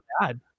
bad